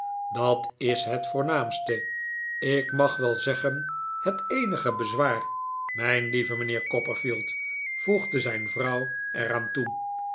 dat is het voornaamste ik mag wel zeggen het eenige bezwaar mijn lieve mijnheer copperfield voegde zijn vrouw er aan toe